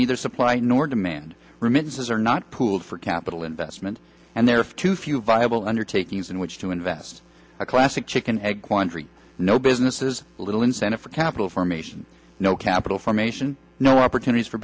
neither supply nor demand remittances are not pooled for capital investment and there are too few viable undertakings in which to invest a classic chicken egg quandary no business is little incentive for capital formation no capital formation no opportunities for